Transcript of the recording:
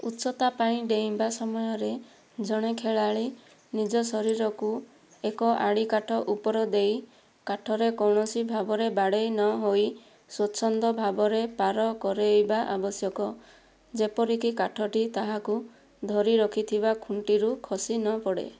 ଉଚ୍ଚତା ପାଇଁ ଡେଇଁବା ସମୟରେ ଜଣେ ଖେଳାଳି ନିଜ ଶରୀରକୁ ଏକ ଆଡ଼ିକାଠ ଉପର ଦେଇ କାଠରେ କୌଣସି ଭାବରେ ବାଡ଼େଇ ନ ହୋଇ ସ୍ୱଚ୍ଛନ୍ଦ ଭାବରେ ପାର କରେଇବା ଆବଶ୍ୟକ ଯେପରିକି କାଠଟି ତାହାକୁ ଧରି ରଖିଥିବା ଖୁଣ୍ଟିରୁ ଖସିନପଡ଼େ